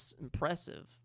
impressive